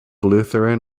lutheran